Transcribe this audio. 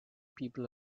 people